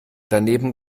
daneben